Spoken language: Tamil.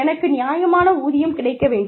எனக்கு நியாயமான ஊதியம் கிடைக்க வேண்டும்